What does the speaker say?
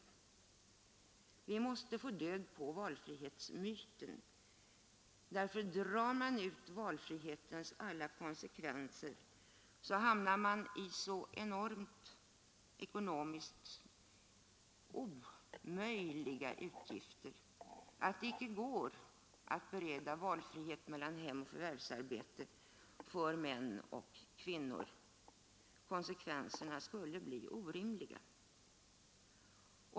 Vi måste få död på valfrihetsmyten, för om man drar ut valfrihetens alla konsekvenser, hamnar man i så enorma och ekonomiskt omöjliga utgifter att det icke går att genomföra full valfrihet mellan hem och förvärvsarbete för män och kvinnor. Konsekvenserna skulle bli orimliga.